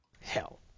hell